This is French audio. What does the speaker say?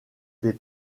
des